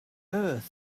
earth